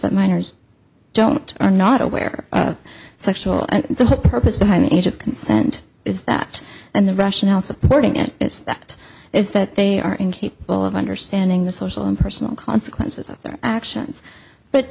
that minors don't are not aware of sexual and the purpose behind the age of consent is that and the rationale supporting it is that is that they are incapable of understanding the social and personal consequences of their actions but